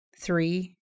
Three